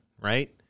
right